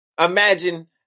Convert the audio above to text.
Imagine